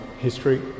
history